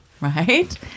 Right